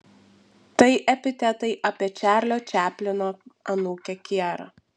tai epitetai apie čarlio čaplino anūkę kierą